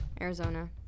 Arizona